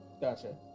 Gotcha